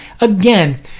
again